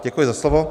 Děkuji za slovo.